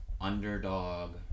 underdog